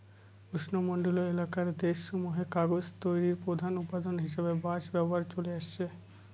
উষ্ণমন্ডলীয় এলাকার দেশসমূহে কাগজ তৈরির প্রধান উপাদান হিসাবে বাঁশ ব্যবহার চলে আসছে